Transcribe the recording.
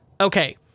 Okay